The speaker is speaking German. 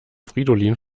fridolin